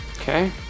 Okay